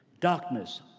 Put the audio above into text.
Darkness